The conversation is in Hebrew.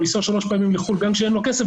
לסייע לו בניהול תקצוב עסקי